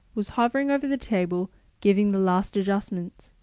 was hovering over the table giving the last adjustments.